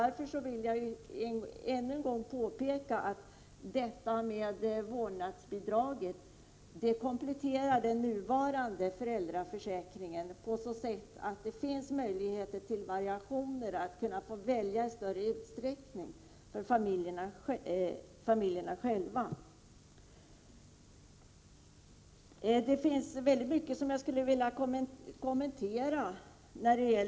Jag vill ännu en gång påpeka att ett vårdnadsbidrag kompletterar den nuvarande föräldraförsäkringen på så sätt att det ger möjlighet till variation — familjerna själva kan få välja i större utsträckning. Jag skulle vilja kommentera mycket av det arbetsmarknadsministern i övrigt sade.